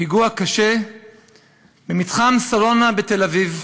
פיגוע קשה במתחם שרונה בתל-אביב,